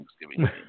Thanksgiving